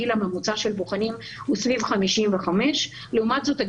הגיל הממוצע של בוחנים הוא סביב 55. לעומת זאת,